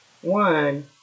one